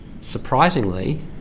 surprisingly